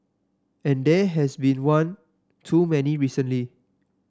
and there has been one too many recently